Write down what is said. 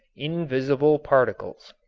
invisible particles.